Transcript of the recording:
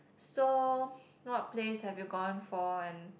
so what place have you gone for and